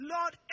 Lord